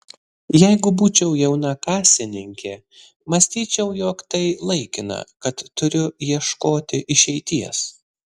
jeigu būčiau jauna kasininkė mąstyčiau jog tai laikina kad turiu ieškoti išeities